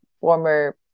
former